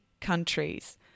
countries